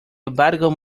abarcan